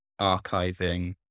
archiving